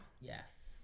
Yes